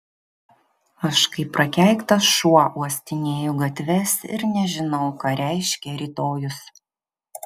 aš kaip prakeiktas šuo uostinėju gatves ir nežinau ką reiškia rytojus